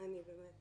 אני באמת